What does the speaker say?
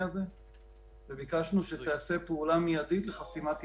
הזה וביקשנו שתיעשה פעולה מידית לחסימת ייבוא.